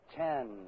Ten